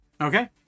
okay